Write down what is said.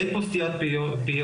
אין פה סתימת פיות,